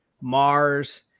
Mars